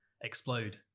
explode